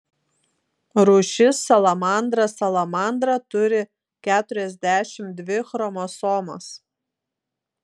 rūšis salamandra salamandra turi keturiasdešimt dvi chromosomas